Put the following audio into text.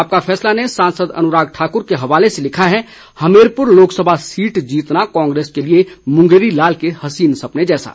आपका फैसला ने सांसद अनुराग ठाक्र के हवाले से लिखा है हमीरपुर लोकसभा सीट जीतना कांग्रेस के लिए मुंगेरी लाल के हसीन सपने जैसा